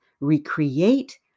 recreate